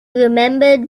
remembered